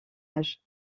âge